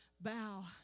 bow